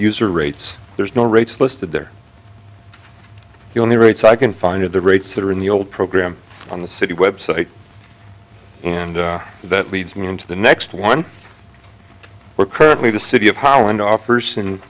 user rates there's no rates listed there only rates i can find of the rates that are in the old program on the city website and that leads me into the next one we're currently the city of holland offers and